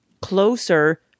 closer